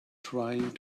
trying